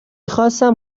خواستم